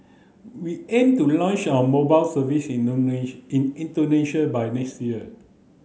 we aim to launch our mobile service in Indonesia by next year